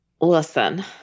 Listen